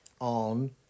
on